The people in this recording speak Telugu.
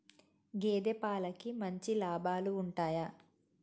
గేదే పాలకి మంచి లాభాలు ఉంటయా?